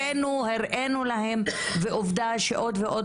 הבאנו והראינו להם ועובדה שעוד ועוד